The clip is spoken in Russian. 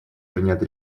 принять